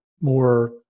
more